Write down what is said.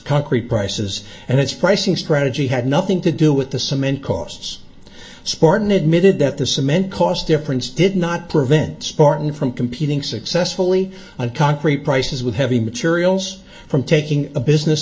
concrete prices and its pricing strategy had nothing to do with the cement costs sporran admitted that the cement cost difference did not prevent spartan from competing successfully on concrete prices with heavy materials from taking a business